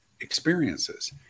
experiences